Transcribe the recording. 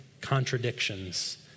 contradictions